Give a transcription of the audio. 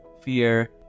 fear